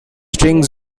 string